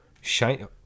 shine